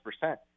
percent